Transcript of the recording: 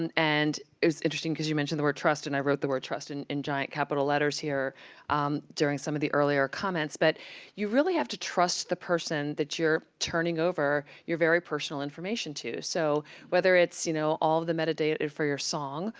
and and it was interesting, because you mentioned the word trust, and i wrote the word trust in in giant capital letters here during some of the earlier comments. but you really have to trust the person that you're turning over your very personal information to. so whether it's, you know, all of the meta-data for your song,